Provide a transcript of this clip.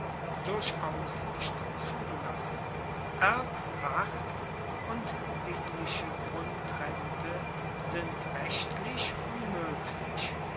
durchaus nicht zugelassen erbpacht und dingliche grundrente sind rechtlich unmoeglich